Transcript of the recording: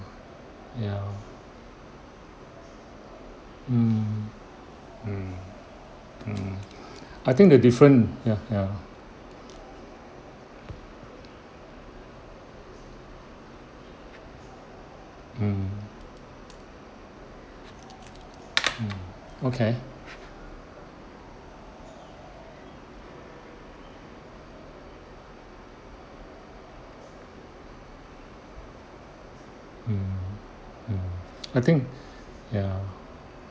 ya mm mm mm I think the difference ya ya mm mm okay mm mm I think ya